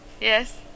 Yes